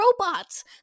robots